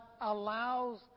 allows